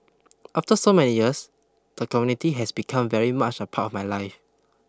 after so many years the community has become very much a part of my life